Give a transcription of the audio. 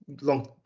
long